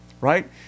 right